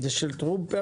זה של טרומפלדור.